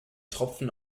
tropfen